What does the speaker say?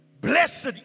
Blessed